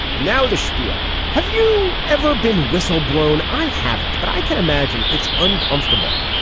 now the spiel. have you ever been whistle blown. i haven't but i can imagine it's uncomfortable.